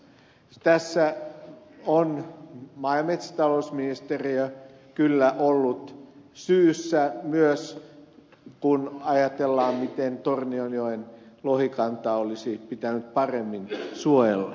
tässä on maa ja metsätalousministeriöllä ollut kyllä syynsä myös kun ajatellaan miten tornionjoen lohikantaa olisi pitänyt paremmin suojella